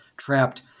Trapped